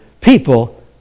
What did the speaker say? people